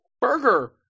burger